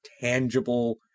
tangible